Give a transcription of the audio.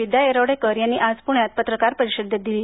विद्या येरवडेकर यांनी आज प्ण्यात पत्रकार परिषदेत दिली